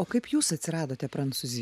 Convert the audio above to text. o kaip jūs atsiradote prancūzai